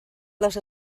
les